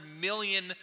million